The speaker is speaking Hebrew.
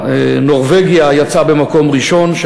נורבגיה יצאה במקום ראשון,